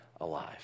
alive